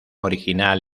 original